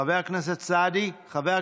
חבר הכנסת סעדי,